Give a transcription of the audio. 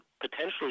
potentially